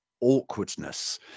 awkwardness